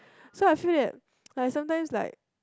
so I feel that like sometimes like